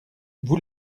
vous